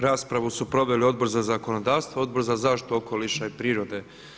Raspravu su proveli Odbor za zakonodavstvo, Odbor za zaštitu okoliša i prirode.